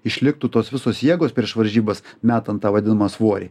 išliktų tos visos jėgos prieš varžybas metant tą vadinamą svorį